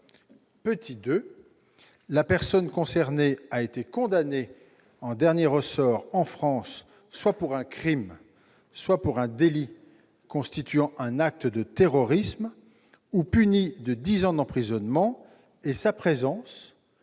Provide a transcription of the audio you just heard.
2° La personne concernée a été condamnée en dernier ressort en France soit pour un crime, soit pour un délit constituant un acte de terrorisme ou puni de dix ans d'emprisonnement, et sa présence